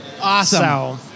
Awesome